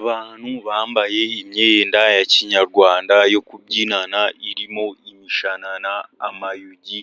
Abantu bambaye imyenda ya kinyarwanda yo kubyinana irimo imishanana, amayugi,